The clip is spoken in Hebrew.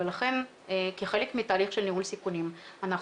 ולכן כחלק מהתהליך של ניהול סיכונים אנחנו